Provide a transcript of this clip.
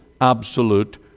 absolute